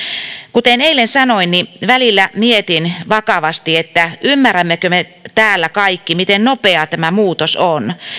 kuten eilen sanoin välillä mietin vakavasti ymmärrämmekö me täällä kaikki miten nopeaa tämä muutos on